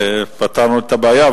פתרנו את הבעיה.